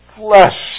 flesh